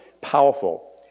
powerful